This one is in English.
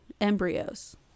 embryos